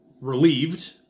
relieved